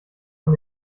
von